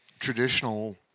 traditional